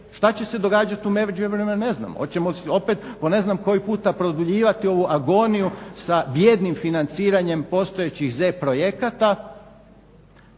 šta će se događati u međuvremenu ne znamo. Hoćemo opet po ne znam koji puta produljivati ovu agoniju sa bijednim financiranjem Z projekata